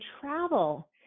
travel